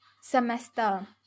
semester